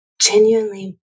genuinely